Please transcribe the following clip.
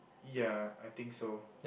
ya I think so